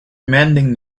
mending